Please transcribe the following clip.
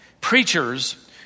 Preachers